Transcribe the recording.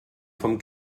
vom